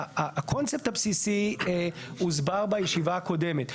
הקונספט הבסיסי הוסבר בישיבה הקודמת.